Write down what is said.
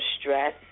stress